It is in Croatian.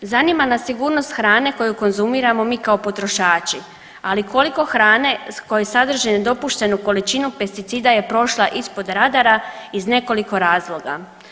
Zanima nas sigurnost hrane koju konzumiramo mi kao potrošači, ali koliko hrane koja sadrži nedopuštenu količinu pesticida je prošla ispod radara iz nekoliko razloga.